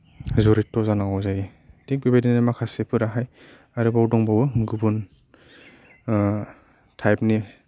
जरित' जानांगौ जायो थिग बेबायदिनो माखासेफोराहाय आरोबाव दंबावो गुबुन टाइप नि